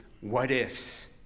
what-ifs